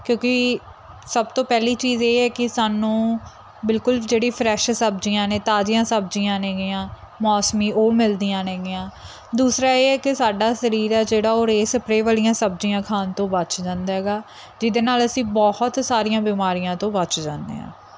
ਕਿਉਂਕਿ ਸਭ ਤੋਂ ਪਹਿਲੀ ਚੀਜ਼ ਇਹ ਹੈ ਕਿ ਸਾਨੂੰ ਬਿਲਕੁਲ ਜਿਹੜੀ ਫਰੈਸ਼ ਸਬਜ਼ੀਆਂ ਨੇ ਤਾਜ਼ੀਆਂ ਸਬਜ਼ੀਆਂ ਨੇਗੀਆਂ ਮੌਸਮੀ ਉਹ ਮਿਲਦੀਆਂ ਨੇਗੀਆਂ ਦੂਸਰਾ ਇਹ ਹੈ ਕਿ ਸਾਡਾ ਸਰੀਰ ਹੈ ਜਿਹੜਾ ਉਹ ਰੇਹ ਸਪਰੇਹ ਵਾਲੀਆਂ ਸਬਜ਼ੀਆਂ ਖਾਣ ਤੋਂ ਬਚ ਜਾਂਦਾ ਹੈਗਾ ਜਿਹਦੇ ਨਾਲ ਅਸੀਂ ਬਹੁਤ ਸਾਰੀਆਂ ਬਿਮਾਰੀਆਂ ਤੋਂ ਬਚ ਜਾਂਦੇ ਆ